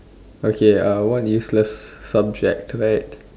okay what useless subject right